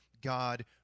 God